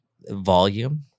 volume